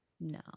No